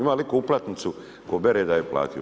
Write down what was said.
Ima li itko uplatnicu tko bere da je platio?